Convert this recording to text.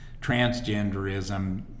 transgenderism